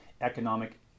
economic